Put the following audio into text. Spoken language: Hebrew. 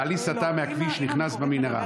בעלי סטה מהכביש" ונכנס במנהרה.